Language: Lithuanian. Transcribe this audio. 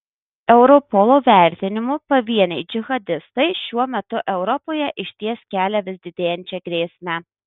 europolo vertinimu pavieniai džihadistai šiuo metu europoje išties kelia vis didėjančią grėsmę